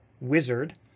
wizard